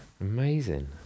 amazing